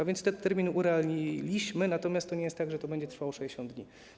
A więc ten termin urealniliśmy, natomiast to nie jest tak, że to będzie trwało 60 dni.